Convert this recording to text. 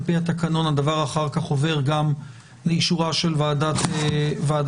על פי התקנון הדבר עובר אחר כך גם לאישורה של ועדת הכנסת.